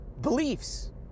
beliefs